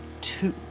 Two